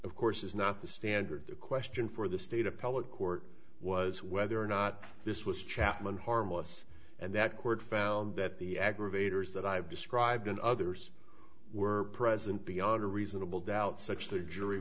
of course is not the standard question for the state appellate court was whether or not this was chapman harmless and that court found that the aggravators that i've described and others were present beyond a reasonable doubt such to a jury